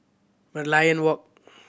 Merlion Walk